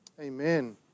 Amen